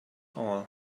all